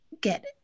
get